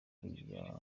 kujya